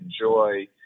enjoy